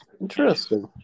Interesting